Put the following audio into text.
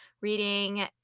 reading